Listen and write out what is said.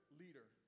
leader